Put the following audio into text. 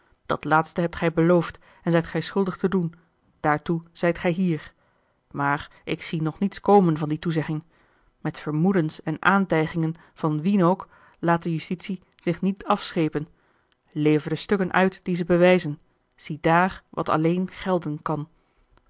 dat laatste hebt gij beloofd en zijt gij schuldig te doen daartoe zijt gij hier maar ik zie nog niets komen van die toezegging met vermoedens en aantijgingen van wien ook laat de justitie zich niet afschepen lever de stukken uit die ze bewijzen ziedaar wat alleen gelden kan